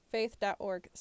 faith.org